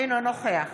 אינו נוכח